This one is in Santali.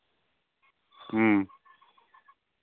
ᱦᱩᱸ